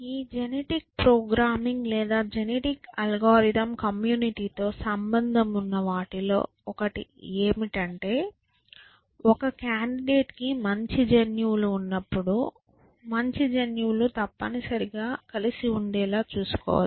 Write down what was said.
ఈ genetic programming లేదా genetic algorithm community తో సంబంధం ఉన్న వాటిలో ఒకటి ఏమిటంటే ఒక కాండిడేట్ కి మంచి జన్యువులు ఉన్నప్పుడు మంచి జన్యువులు తప్పనిసరిగా కలిసి ఉండేలా చూసుకోవచ్చు